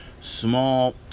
small